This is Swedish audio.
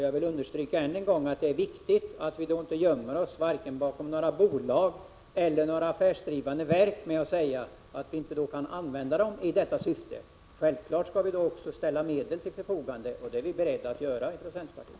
Jag vill än en gång understryka att det är viktigt att vi inte gömmer oss vare sig bakom några bolag eller bakom några affärsdrivande verk genom att säga att de inte kan användas i detta syfte. Självfallet skall medel ställas till förfogande, och det är vi i centerpartiet beredda att verka för.